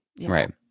Right